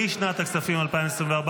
לשנת הכספים 2024,